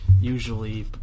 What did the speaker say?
usually